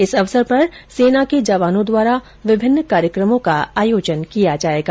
इस अवसर पर सेना के जवानों द्वारा विभिन्न कार्यक्रमों का आयोजन किया जाएगा